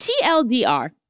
TLDR